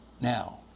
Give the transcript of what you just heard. Now